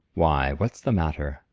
why, what's the matter?